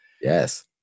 Yes